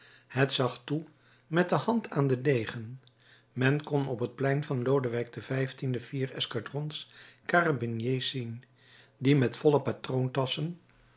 het zag toe met de hand aan den degen men kon op het plein van lodewijk xv vier escadrons karabiniers zien die met volle